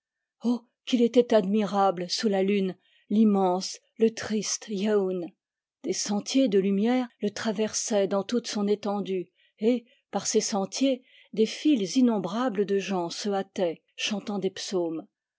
oh qu'il était admirable sous la lune l'immense le triste yeun des sentiers de lumière le traversaient dans toute son étendue et par ces sentiers des files innombrables de gens se hâtaient chantant des psaumes